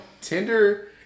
Tinder